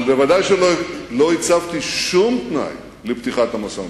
אבל ודאי שלא הצבתי שום תנאי לפתיחת המשא-ומתן.